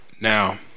Now